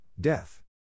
death